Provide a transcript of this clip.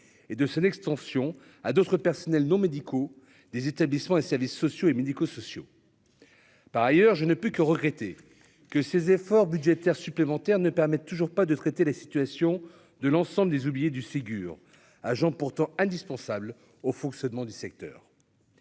et de son extension à d'autres personnels non médicaux des établissements et services sociaux et médico-sociaux, par ailleurs, je ne peux que regretter que ces efforts budgétaires supplémentaires ne permettent toujours pas de traiter la situation de l'ensemble des oubliées du Ségur agent pourtant indispensables au fonctionnement du secteur,